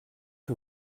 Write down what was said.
que